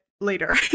later